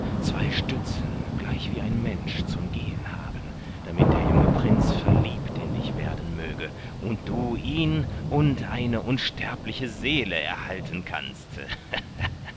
zwei stützen gleich wie die menschen zum gehen haben damit der junge prinz verliebt in dich werden möge und du ihn und eine unsterbliche seele erhalten kannst